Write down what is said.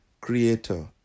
Creator